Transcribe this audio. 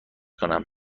کنم